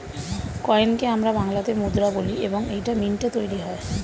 কয়েনকে আমরা বাংলাতে মুদ্রা বলি এবং এইটা মিন্টে তৈরী হয়